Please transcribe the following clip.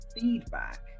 feedback